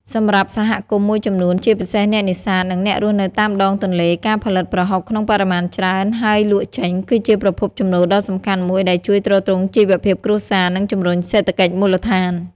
សម្រាប់សហគមន៍មួយចំនួន ជាពិសេសអ្នកនេសាទ និងអ្នករស់នៅតាមដងទន្លេ ការផលិតប្រហុកក្នុងបរិមាណច្រើន ហើយលក់ចេញ គឺជាប្រភពចំណូលដ៏សំខាន់មួយដែលជួយទ្រទ្រង់ជីវភាពគ្រួសារ និងជំរុញសេដ្ឋកិច្ចមូលដ្ឋាន។